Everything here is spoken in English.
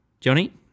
Johnny